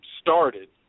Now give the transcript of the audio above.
started